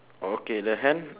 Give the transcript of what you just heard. okay the hand